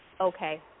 okay